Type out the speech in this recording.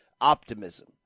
optimism